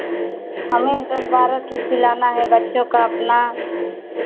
हमें दस बारह ठो सिलाना है बच्चों का अपना